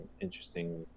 interesting